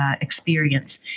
experience